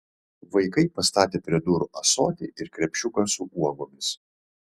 vaikai pastatė prie durų ąsotį ir krepšiuką su uogomis